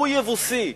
הוא יבוסי.